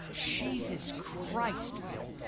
jesus christ bill!